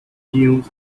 dunes